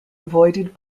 avoided